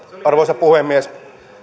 arvoisa puhemies